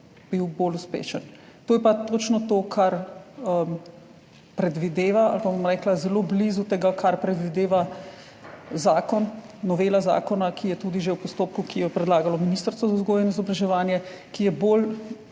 bolj uspešen. To je pa točno to, kar predvideva, ali pa bom rekla zelo blizu tega, kar predvideva zakon, novela zakona, ki je tudi že v postopku, ki jo je predlagalo Ministrstvo za vzgojo in izobraževanje, ki se